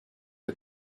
her